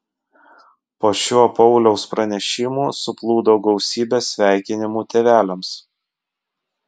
po šiuo pauliaus pranešimu suplūdo gausybė sveikinimų tėveliams